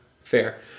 fair